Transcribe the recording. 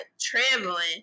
traveling